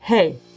Hey